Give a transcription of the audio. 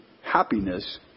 happiness